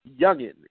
Youngin